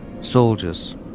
soldiers